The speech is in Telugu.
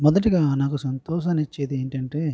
మొదటిగా నాకు సంతోషాన్ని ఇచ్చేది ఏంటంటే